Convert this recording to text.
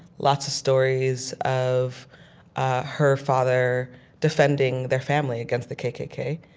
lots of stories of ah her father defending their family against the kkk,